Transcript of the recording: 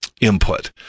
Input